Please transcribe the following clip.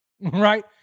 Right